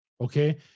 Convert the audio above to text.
Okay